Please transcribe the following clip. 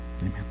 Amen